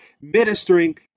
ministering